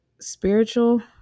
spiritual